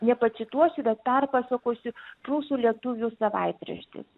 nepacituosiu bet perpasakosiu prūsų lietuvių savaitraštis